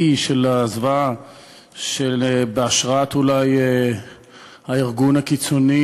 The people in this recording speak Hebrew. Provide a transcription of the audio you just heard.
השיא של הזוועה, אולי בהשראת הארגון הקיצוני